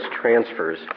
transfers